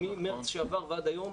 ממרץ שעבר ועד היום,